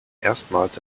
erstmals